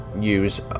use